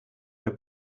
der